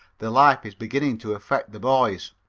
the life is beginning to affect the boys.